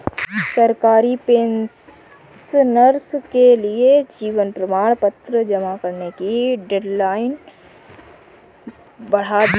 सरकारी पेंशनर्स के लिए जीवन प्रमाण पत्र जमा करने की डेडलाइन बढ़ा दी गई है